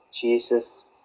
Jesus